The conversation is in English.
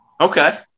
Okay